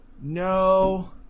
No